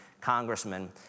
congressman